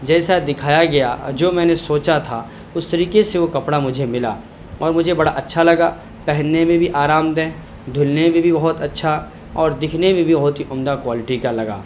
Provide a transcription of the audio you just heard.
جیسا دکھایا گیا اور جو میں نے سوچا تھا اس طریقے سے وہ کپڑا مجھے ملا اور مجھے بڑا اچھا لگا پہننے میں بھی آرامدہ دھلنے میں بھی بہت اچھا اور دکھنے میں بھی بہت ہی عمدہ کوائلٹی کا لگا